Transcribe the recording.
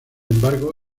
embargo